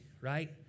right